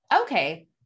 okay